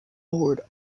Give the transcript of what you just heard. board